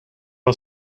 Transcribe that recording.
are